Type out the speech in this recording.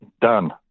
done